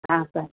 sir